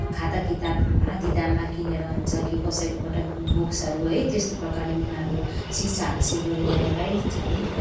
खाता किताब आधा दाममा किनेर हुन्छ कि कसैकोबाट बुक्सहरू है त्यस्तो प्रकारले पनि अब उनीहरू शिक्षा हासिल गरिरहेकै छन्